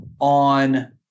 on